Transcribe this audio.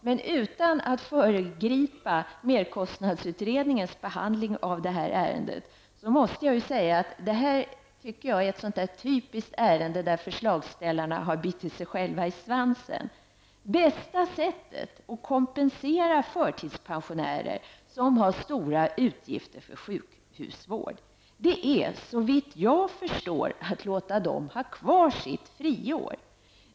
Men utan att föregripa merkostnadsutredningens behandling av det här ärendet måste jag säga att jag tycker att det här är ett sådant typiskt ärende där förslagställarna har bitit sig själva i svansen. Det bästa sättet att kompensera förtidspensionärer som har stora utgifter för sjukhusvård är, såvitt jag förstår, att låta dem ha kvar sitt friår.